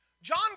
John